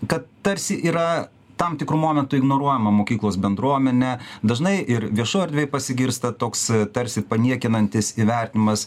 kad tarsi yra tam tikru momentu ignoruojama mokyklos bendruomenė dažnai ir viešoj erdvėj pasigirsta toks tarsi paniekinantis įvertinimas